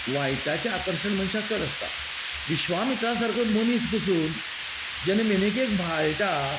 वायटाचे आकर्शण मनशांक चड आसता विश्वा मित्रां सारखो मनीस पसून जेन्ना मेनिकेक भाळटा